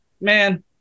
man